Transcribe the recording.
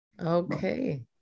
Okay